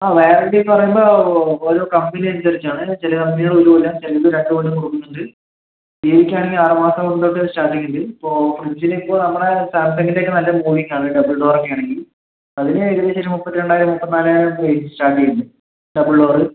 ആ വാറന്റി പറയുമ്പോൾ ഓരോ കമ്പനി അനുസരിച്ചാണ് ചില കമ്പനികൾ ഇടില്ല രണ്ട് കൊല്ലം കൊടുക്കുന്നുണ്ട് ടി വിക്ക് ആണെങ്കിൽ ആറ് മാസം മുതലൊക്കെ സ്റ്റാർട്ടിംഗ് ഉണ്ട് ഇപ്പോൾ ഫ്രിഡ്ജിന് ഇപ്പോൾ നമ്മള സാംസങ്ങിൻ്റെ ഒക്കെ നല്ല മൂവിംഗ് ആണ് ഡബിൾ ഡോർ ഒക്കെ ആണെങ്കിൽ അതിന് ഏകദേശം ഒരു മുപ്പത്തിരണ്ടായിരം മുപ്പത്തിനാലായിരം റേറ്റ് സ്റ്റാർട്ട് ചെയ്യുന്നത് ഡബിൾ ഡോർ